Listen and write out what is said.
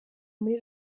muri